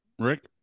Rick